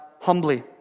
humbly